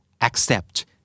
Accept